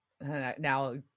Now